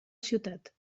ciutat